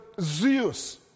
Zeus